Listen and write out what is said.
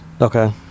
Okay